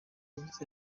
yagize